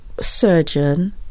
surgeon